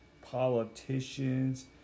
politicians